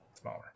smaller